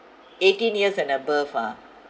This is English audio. eighteen years and above ah